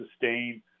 sustain